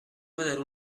poder